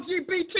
LGBT